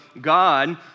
God